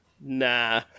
nah